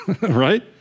right